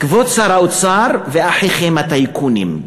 כבוד שר האוצר ואחיכם הטייקונים,